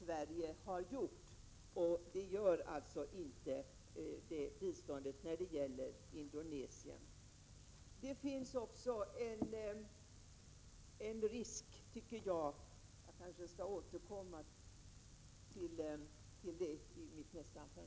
Det gör inte ett bistånd till Indonesien.